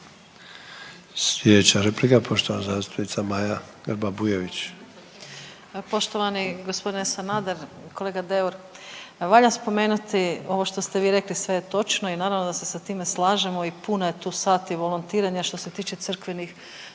Slijedeća replika je poštovana zastupnica Maja Grba Bujević. **Grba-Bujević, Maja (HDZ)** Poštovani gospodine Sanader, kolega Deur, valja spomenuti ovo što ste vi rekli sve je točno i naravno da se sa time slažemo i puno je tu sati volontiranja što se tiče crkvenih